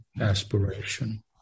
aspiration